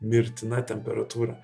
mirtina temperatūra